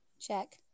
Check